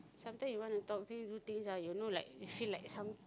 sometime he want to talk things do things ah you know like feel like some